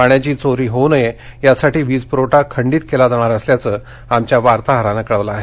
पाणी चोरी होऊ नये यासाठी वीज पुरवठा खंडित केला जाणार असल्याचं आमच्या वार्ताहरानं कळवलं आहे